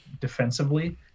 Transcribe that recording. defensively